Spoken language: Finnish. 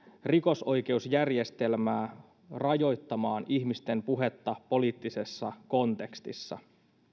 rikosoikeusjärjestelmää rajoittamaan ihmisten puhetta poliittisessa kontekstissa